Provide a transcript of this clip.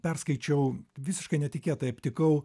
perskaičiau visiškai netikėtai aptikau